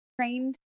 trained